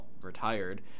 retired